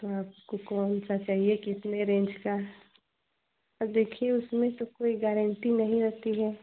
तो आपको कौन सा चाहिए कितने रेंज का और देखिए उसमें तो कोई गारंटी नहीं होती है